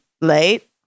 late